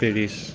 Paris